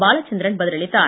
பாலச்சந்திரன் பதிலளித்தார்